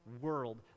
world